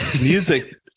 music